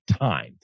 time